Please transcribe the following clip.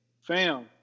Fam